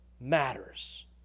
matters